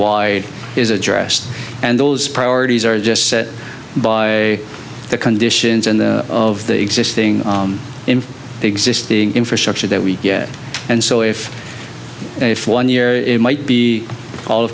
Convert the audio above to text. wide is addressed and those priorities are just set by the conditions and of the existing in existing infrastructure that we get and so if one year it might be all